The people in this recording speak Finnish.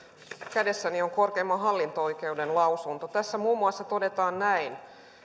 kädessäni on korkeimman hallinto oikeuden lausunto tässä muun muassa todetaan näin